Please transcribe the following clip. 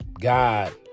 God